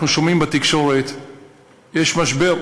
אנחנו שומעים בתקשורת שיש משבר,